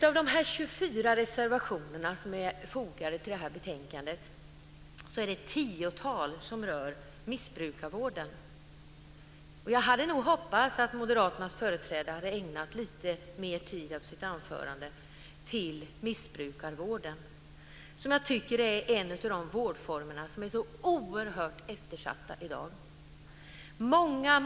Av de 24 reservationer som är fogade till det här betänkandet är det ett tiotal som rör missbrukarvården. Jag hade nog hoppats att Moderaternas företrädare skulle ha ägnat lite mer tid av sitt anförande åt missbrukarvården, som jag tycker är en av de vårdformer som är oerhört eftersatta i dag.